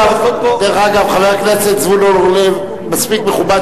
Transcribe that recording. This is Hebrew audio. חבר הכנסת זבולון אורלב מספיק מכובד,